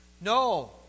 No